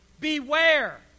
Beware